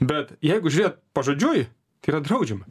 bet jeigu žėt pažodžiui tai yra draudžiama